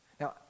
Now